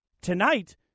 Tonight